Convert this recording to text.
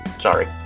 Sorry